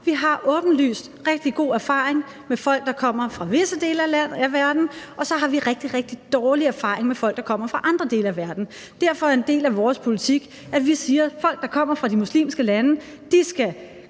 Vi har åbenlyst rigtig god erfaring med folk, der kommer fra visse dele af verden, og så har vi rigtig, rigtig dårlig erfaring med folk, der kommer fra andre dele af verden. Derfor er en del af vores politik, at vi siger, at folk, der kommer fra de muslimske lande, skal